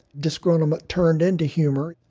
disgruntlement turned into humor,